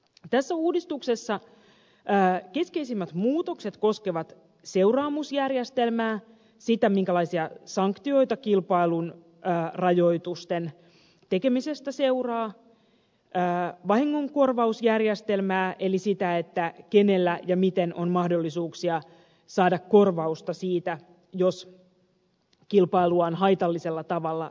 tässä uudistuksessa keskeisimmät muutokset koskevat seuraamusjärjestelmää sitä minkälaisia sanktioita kilpailun rajoitusten tekemisestä seuraa vahingonkorvausjärjestelmää eli sitä kenellä ja miten on mahdollisuuksia saada korvausta siitä jos kilpailulakia on haitallisella tavalla rikottu